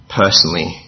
personally